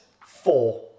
Four